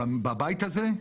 בבית הזה,